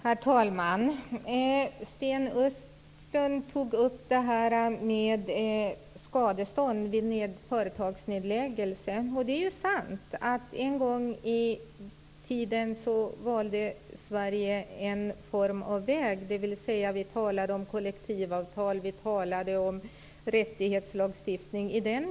Herr talman! Sten Östlund tog upp frågan om skadestånd vid företagsnedläggning. Det är sant att Sverige en gång i tiden valde väg genom att gå in för kollektivavtal och rättighetslagstiftning.